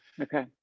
Okay